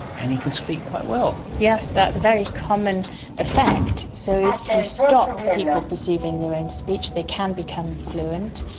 and he can speak quite well. yes, that's a very common effect. so if you stop people perceiving their own speech they can become fluent.